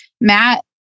Matt